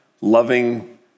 loving